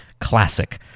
classic